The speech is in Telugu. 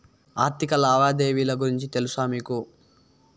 ఆర్థిక లావాదేవీల గురించి తెలుసా మీకు